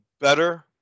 better